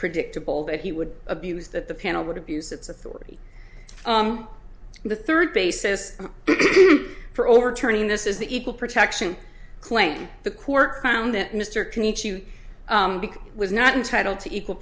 predictable that he would abuse that the panel would abuse its authority and the third basis for overturning this is the equal protection claim the court found that mr commutes you become was not entitled to equal